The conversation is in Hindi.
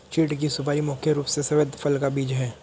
चीढ़ की सुपारी मुख्य रूप से सफेद फल का बीज है